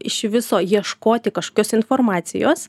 iš viso ieškoti kažkokios informacijos